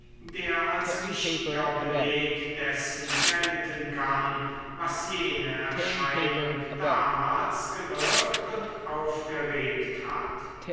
der als wichtiger beleg dessen gelten kann was jene erscheinung damals gewirkt und aufgeregt hat